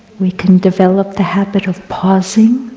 we can develop the habit of pausing,